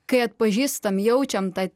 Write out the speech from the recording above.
kai atpažįstam jaučiam tą